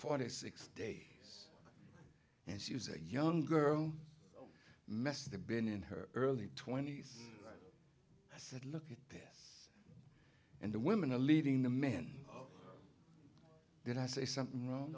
forty six day and she was a young girl mess the been in her early twenty's said look at that and the women are leading the men then i say something wrong